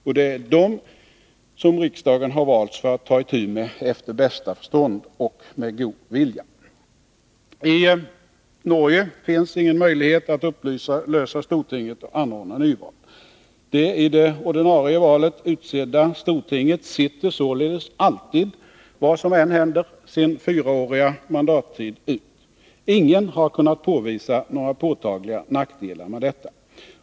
Och det är för att ta itu med dem, efter bästa förstånd och med god vilja, som riksdagen har valts. I Norge finns det ingen möjlighet att upplösa stortinget och anordna nyval. Det i det ordinarie valet utsedda stortinget sitter således alltid, vad som än händer, sin fyraåriga mandattid ut. Ingen har kunnat påvisa några påtagliga nackdelar med detta.